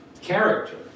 character